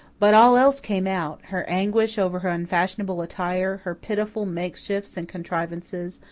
but all else came out her anguish over her unfashionable attire, her pitiful makeshifts and contrivances,